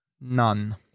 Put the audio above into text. None